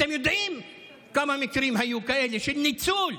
אתם יודעים כמה מקרים היו כאלה של ניצול?